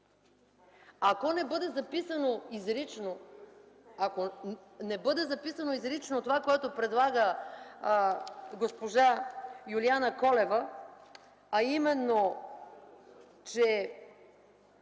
Ако не бъде записано изрично това, което предлага госпожа Юлиана Колева, а именно, че